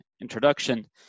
introduction